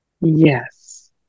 Yes